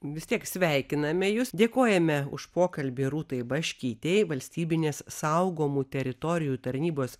vis tiek sveikiname jus dėkojame už pokalbį rūtai baškytei valstybinės saugomų teritorijų tarnybos